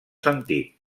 sentit